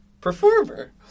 performer